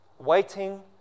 Waiting